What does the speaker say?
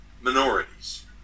minorities